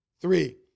Three